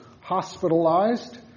hospitalized